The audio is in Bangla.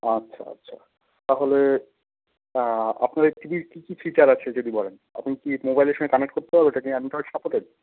আচ্ছা আচ্ছা তাহলে আপনাদের টি ভির কী কী ফিচার আছে যদি বলেন আমি কি মোবাইলের সঙ্গে কানেক্ট করতে পারব এটা কি অ্যান্ড্রয়েড সাপোর্টেড